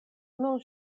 nun